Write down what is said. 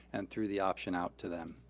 and threw the option out to them.